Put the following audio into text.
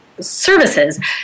Services